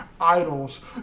idols